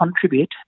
contribute